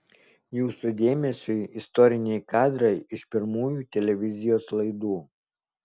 jūsų dėmesiui istoriniai kadrai iš pirmųjų televizijos laidų